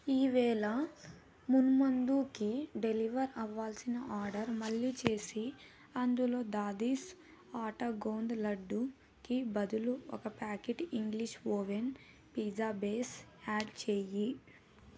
ఈవేళ మున్ముందుకి డెలివర్ అవ్వాల్సిన ఆర్డర్ మళ్ళీ చేసి అందులో దాదీస్ ఆటా గోంద్ లడ్డూకి బదులు ఒక packet English oven pizza base add చెయ్యి